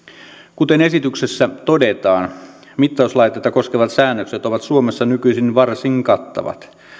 kuten esityksessä todetaan mittauslaitteita koskevat säännökset ovat suomessa nykyisin varsin kattavat